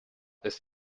ist